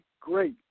great